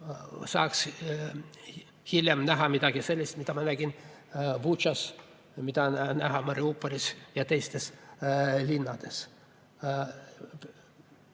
saaks kunagi näha midagi sellist, mida ma nägin Butšas, mida on näha Mariupolis ja teistes linnades.